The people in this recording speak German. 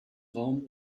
raum